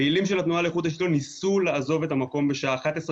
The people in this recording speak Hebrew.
פעילים של התנועה לאיכות השלטון ניסו לעזוב את המקום בשעה 23:00,